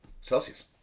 celsius